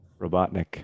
robotnik